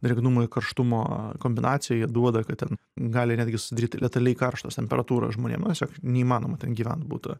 drėgnumo ir karštumo kombinacija ji duoda kad ten gali netgi susidaryt letaliai karštos temperatūros žmonėm nu tiesiog neįmanoma gyvent būtų